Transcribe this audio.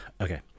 okay